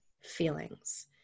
feelings